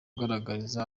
agaragariza